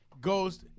goes